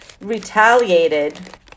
retaliated